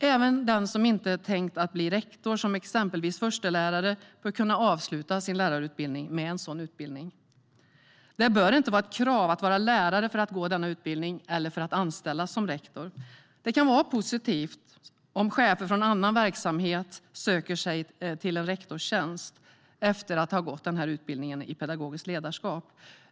Även den som inte tänkt sig att bli rektor men exempelvis förstelärare bör kunna avsluta sin lärarutbildning med en sådan utbildning. Det bör inte vara ett krav att vara lärare för att gå denna utbildning eller för att anställas som rektor. Det kan vara positivt om chefer från annan verksamhet söker sig till en rektorstjänst efter att ha gått utbildningen i pedagogiskt ledarskap.